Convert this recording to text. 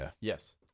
Yes